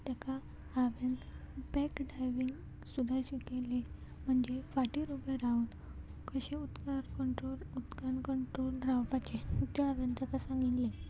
ताका हांवें back diving सुद्दां शिकयलें म्हणजे फाटीर उबें रावन कशें उदकान कंट्रोल उदकान कंट्रोल रावपाचें तें हांवें ताका सांगिल्लें